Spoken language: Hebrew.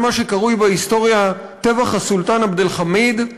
זה מה שקרוי בהיסטוריה טבח הסולטן עבד אל-חמיד,